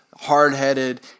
hard-headed